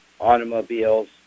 automobiles